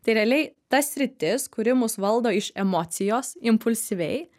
tai realiai ta sritis kuri mus valdo iš emocijos impulsyviai